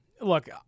Look